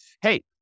hey